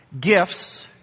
GIFTS